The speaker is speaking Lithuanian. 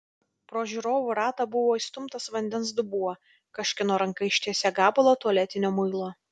pro žiūrovų ratą buvo įstumtas vandens dubuo kažkieno ranka ištiesė gabalą tualetinio muilo